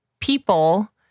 people